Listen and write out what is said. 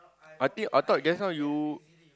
I think I thought just now you